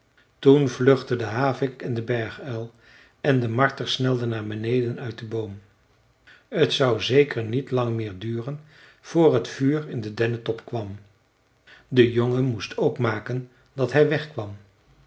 toen vluchtten de havik en de berguil en de marter snelde naar beneden uit den boom t zou zeker niet lang meer duren voor t vuur in de dennetop kwam de jongen moest ook maken dat hij wegkwam